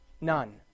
None